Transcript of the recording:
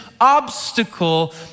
obstacle